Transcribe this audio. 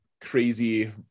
crazy